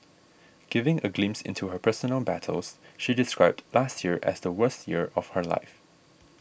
giving a glimpse into her personal battles she described last year as the worst year of her life